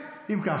רק 6 ו-7.